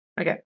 Okay